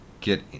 get